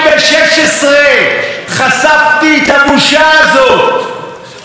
החליטו להשקיע בתשתיות ולא לתת את הכסף לציבור עצמו.